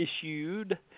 issued